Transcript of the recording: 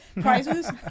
Prizes